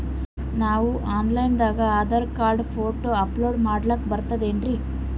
ನಾವು online ದಾಗ Aadhaar card, photo upload ಮಾಡ್ಲಕ ಬರ್ತದೇನ್ರಿ?